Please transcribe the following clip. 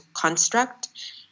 construct